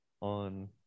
on